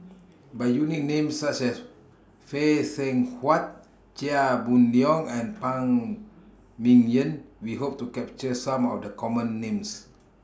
By using Names such as Phay Seng Whatt Chia Boon Leong and Phan Ming Yen We Hope to capture Some of The Common Names